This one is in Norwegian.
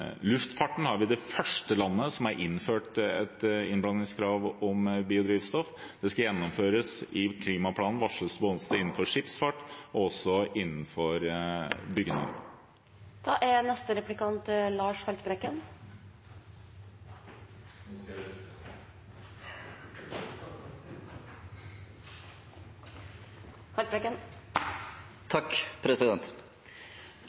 luftfarten – der er vi det første landet som har innført et krav om innblanding av biodrivstoff. Det skal gjennomføres i klimaplanen, og det varsles både innenfor skipsfart og innenfor